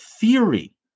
theory